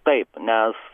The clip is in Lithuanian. taip nes